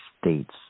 States